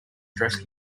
dressed